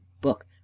book